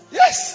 yes